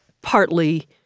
partly